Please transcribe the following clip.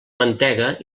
mantega